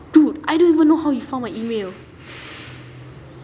dude I don't even know how he found my email